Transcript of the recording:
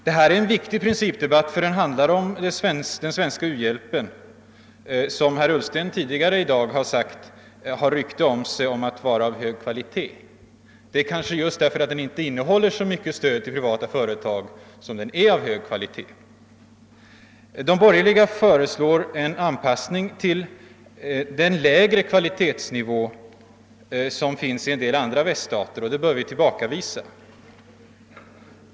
Det är här fråga om en viktig principdebatt, för den handlar om den svenska u-hjälpen som herr Ullsten tidigare i dag har sagt har rykte om sig att vara av hög kvalitet. Det är kanske just därför att den inte innehåller så mycket stöd till privata företag som den är av hög kvalitet. De borgerliga föreslår en anpassning av biståndsverksamheten till den lägre kvalitetsnivå som finns i en del andra väststater, och detta förslag bör vi tillbakavisa.